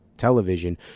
television